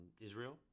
Israel